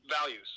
values